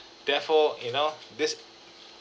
therefore you know this